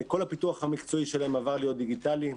כל הפיתוח המקצועי שלהם עבר להיות דיגיטלי.